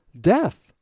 death